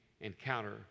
encounter